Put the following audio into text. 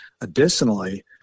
Additionally